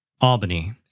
Albany